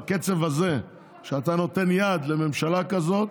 בקצב הזה, כשאתה נותן יד לממשלה כזאת